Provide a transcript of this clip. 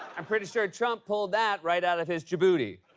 i'm pretty sure trump pulled that right out of his djibouti.